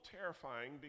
terrifying